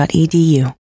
edu